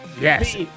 Yes